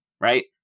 Right